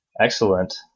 Excellent